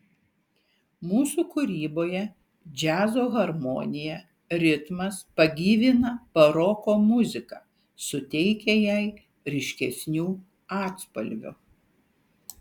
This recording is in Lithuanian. mūsų kūryboje džiazo harmonija ritmas pagyvina baroko muziką suteikia jai ryškesnių atspalvių